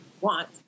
want